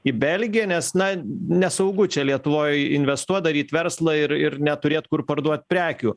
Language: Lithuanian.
į belgiją nes na nesaugu čia lietuvoj investuot daryt verslą ir ir neturėt kur parduot prekių